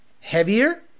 Heavier